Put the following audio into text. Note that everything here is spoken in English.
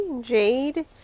Jade